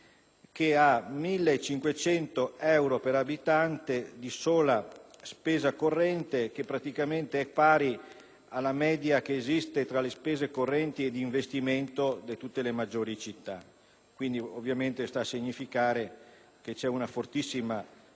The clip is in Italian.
spende 1.500 euro per abitante di sola spesa corrente, con un valore praticamente pari alla media esistente tra le spese correnti e d'investimento di tutte le maggiori città. Ovviamente, ciò sta a significare che vi è un fortissimo